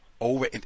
over